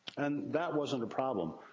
and that wasn't a problem.